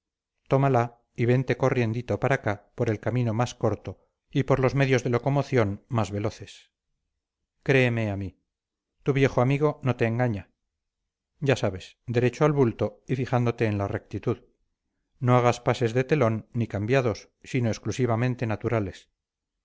tómala y vente corriendito para acá por el camino más corto y por los medios de locomoción más veloces créeme a mí tu viejo amigo no te engaña ya sabes derecho al bulto y fijándote en la rectitud no hagas pases de telón ni cambiados sino exclusivamente naturales